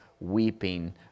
weeping